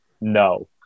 no